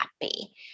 happy